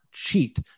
Cheat